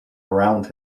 around